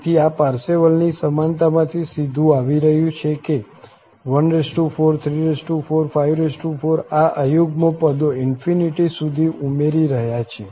તેથી આ પારસેવલની સમાનતામાંથી સીધું આવી રહ્યું છે કે 143454 આ અયુગ્મ શબ્દો ∞ સુધી ઉમેરી રહ્યા છે